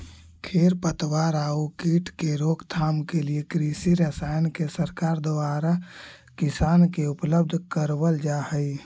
खेर पतवार आउ कीट के रोकथाम के लिए कृषि रसायन के सरकार द्वारा किसान के उपलब्ध करवल जा हई